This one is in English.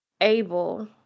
able